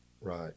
Right